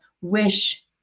wish